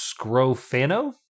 Scrofano